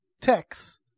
text